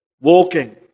walking